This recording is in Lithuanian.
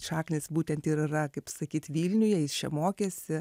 šaknys būtent ir yra kaip sakyt vilniuje jis čia mokėsi